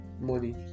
money